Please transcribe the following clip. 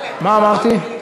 יותר, מה אמרתי?